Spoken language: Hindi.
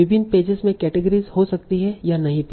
विभिन्न पेजेज में केटेगरीस हो सकती हैं या नहीं भी